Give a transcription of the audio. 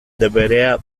deberea